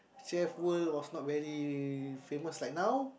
chef world was not very famous like now